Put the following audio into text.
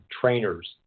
trainers